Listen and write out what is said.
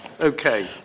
Okay